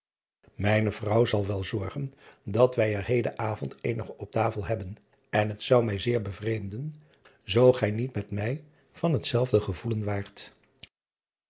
ijne vrouw zal wel zorgen dat wij er heden avond eenige op tafel hebben driaan oosjes zn et leven van illegonda uisman en het zou mij zeer bevreemden zoo gij met mij niet van hetzelfde gevoelen waart